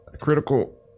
critical